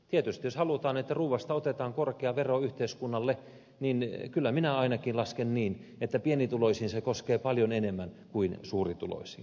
tietysti jos halutaan että ruuasta otetaan korkea vero yhteiskunnalle kyllä minä ainakin lasken niin että pienituloisiin se koskee paljon enemmän kuin suurituloisiin